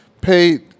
paid